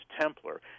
Templar